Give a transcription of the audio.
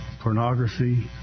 pornography